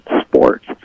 sports